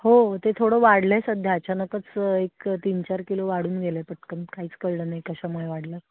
हो ते थोडं वाढलं आहे सध्या अचानकच एक तीन चार किलो वाढून गेलं आहे पटकन काहीच कळलं नाही कशामुळे वाढलं